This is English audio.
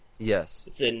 Yes